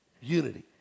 unity